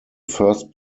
first